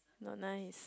not nice